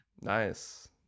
Nice